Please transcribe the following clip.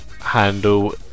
handle